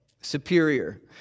superior